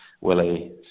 Willie